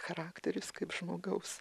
charakteris kaip žmogaus